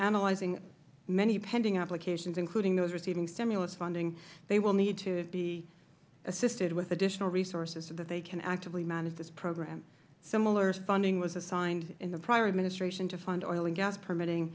analyzing many pending applications including those receiving stimulus funding they will need to be assisted with additional resources so that they can actively manage this program similar funding was assigned in the prior administration to fund oil and gas permitting